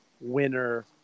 winner